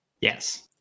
yes